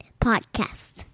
Podcast